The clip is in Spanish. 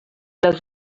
los